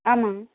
ஆமாங்க